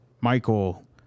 michael